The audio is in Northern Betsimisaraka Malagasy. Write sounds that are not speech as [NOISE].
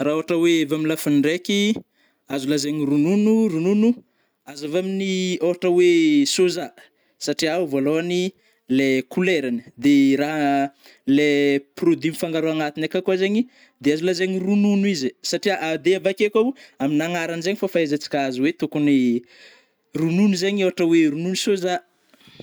Ra ôhatra oe avy amin'ny lafiny ndraiky, azo lazaigny ronono, ronono azo avy amin'ny ôhatra oe soja, satria vôlohany le kolerany de raha [HESITATION] le produit mifangaro agnatiny akao koa zegny de azo lazaigny ronono izy satria [HESITATION] de avakeo koa amin'ny agnarany zegny fogna fahaizantsika azy oe tokony [HESITATION] ronono zegny ôhatra oe ronono sôza.